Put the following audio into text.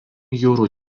jūrų